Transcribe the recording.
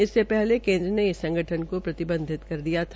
इससे पहले ेकेन्द्र ने इस संगठन को प्रतिबंधित कर दिया था